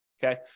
Okay